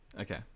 Okay